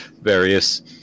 Various